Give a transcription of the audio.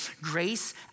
grace